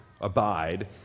abide